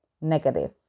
negative